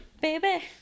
baby